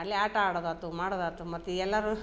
ಅಲ್ಲೇ ಆಟ ಆಡೋದು ಆತು ಮಾಡೊದು ಆತು ಮತ್ತು ಎಲ್ಲರು